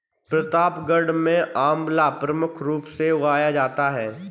प्रतापगढ़ में आंवला प्रमुख रूप से उगाया जाता है